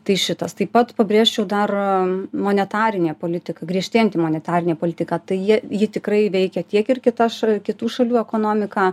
tai šitas taip pat pabrėžčiau dar monetarinė politika griežtėjanti monetarinė politika tai ji ji tikrai veikia tiek ir kitas š kitų šalių ekonomiką